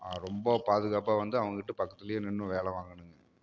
ரொம்ப பாதுகாப்பாக வந்து அவங்கக்கிட்ட பக்கத்துலேயே நின்று வேலை வாங்கணும்ங்க